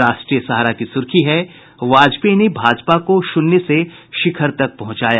राष्ट्रीय सहारा की सुर्खी है वाजपेयी ने भाजपा को शून्य से शिखर तक पहुंचाया